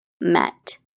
met